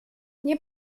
nie